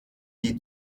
die